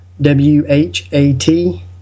W-H-A-T